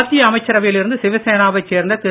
மத்திய அமைச்சரவையில் இருந்து சிவசேனா வைச் சேர்ந்த திரு